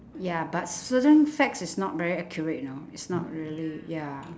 ya but certain facts it's not very accurate know it's not really ya